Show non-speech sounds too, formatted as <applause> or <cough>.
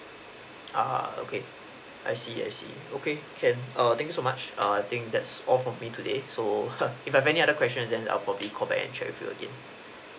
uh okay I see I see okay can err thank so much err I think that's all from me today so <laughs> if I have any other questions then I'll probably call back and check with you again